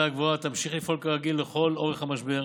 הגבוהה תמשיך לפעול כרגיל לכל אורך המשבר